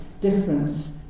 difference